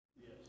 Yes